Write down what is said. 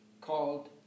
called